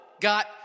got